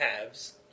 halves